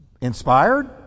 Inspired